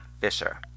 Fisher